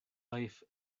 life